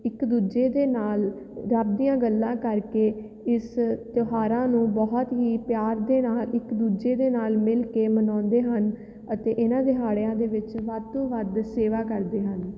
ਇੱਕ ਦੂਜੇ ਦੇ ਨਾਲ ਰੱਬ ਦੀਆਂ ਗੱਲਾਂ ਕਰਕੇ ਇਸ ਤਿਉਹਾਰਾਂ ਨੂੰ ਬਹੁਤ ਹੀ ਪਿਆਰ ਦੇ ਨਾਲ ਇੱਕ ਦੂਜੇ ਦੇ ਨਾਲ ਮਿਲ ਕੇ ਮਨਾਉਂਦੇ ਹਨ ਅਤੇ ਇਹਨਾਂ ਦਿਹਾੜਿਆਂ ਦੇ ਵਿੱਚ ਵੱਧ ਤੋਂ ਵੱਧ ਸੇਵਾ ਕਰਦੇ ਹਨ